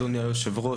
אדוני היושב-ראש,